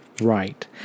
right